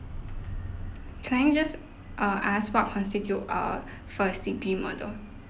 can I just err ask what constitute err first degree murder